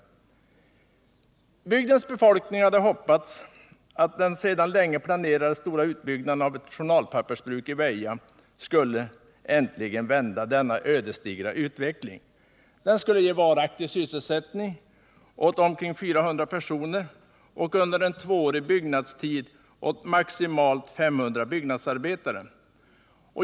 Bygdens befolkning har hoppats att den sedan länge planerade stora utbyggnaden av ett journalpappersbruk i Väja äntligen skulle vända denna ödesdigra utveckling. Den skulle ge varaktig sysselsättning åt omkring 400 personer och under en tvåårig byggnadstid åt maximalt 500 byggnadsarbetare.